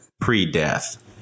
pre-death